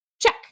Check